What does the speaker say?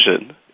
vision